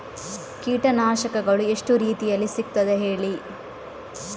ಕೀಟನಾಶಕಗಳು ಎಷ್ಟು ರೀತಿಯಲ್ಲಿ ಸಿಗ್ತದ ಹೇಳಿ